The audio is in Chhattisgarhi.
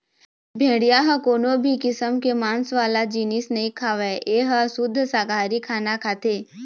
भेड़िया ह कोनो भी किसम के मांस वाला जिनिस नइ खावय ए ह सुद्ध साकाहारी खाना खाथे